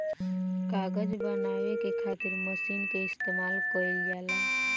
कागज बनावे के खातिर मशीन के इस्तमाल कईल जाला